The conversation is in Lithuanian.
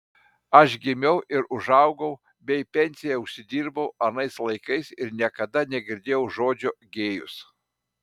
aš gimiau ir užaugau bei pensiją užsidirbau anais laikais ir niekada negirdėjau žodžio gėjus